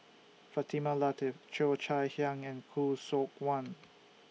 Fatimah Lateef Cheo Chai Hiang and Khoo Seok Wan